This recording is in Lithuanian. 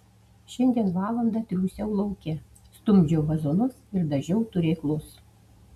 šiandien valandą triūsiau lauke stumdžiau vazonus ir dažiau turėklus